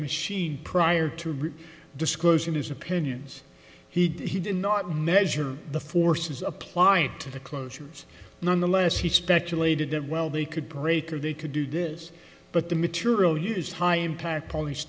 machine prior to root disclosing his opinions he did not measure the forces applying to the closures nonetheless he speculated that well they could break or they could do this but the material used high impact pol